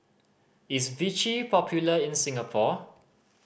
is Vichy popular in Singapore